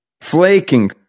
Flaking